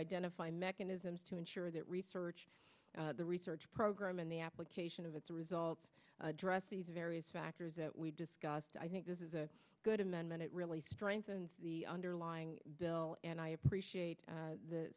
identify mechanisms to ensure that research the research program and the application of its results address the various factors that we discussed i think this is a good amendment it really strengthened the underlying bill and i appreciate